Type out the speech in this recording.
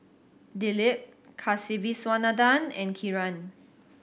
Dilip Kasiviswanathan and Kiran